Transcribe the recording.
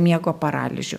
miego paralyžių